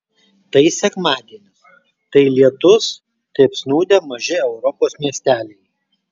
tai sekmadienis tai lietus tai apsnūdę maži europos miesteliai